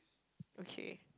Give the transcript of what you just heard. okay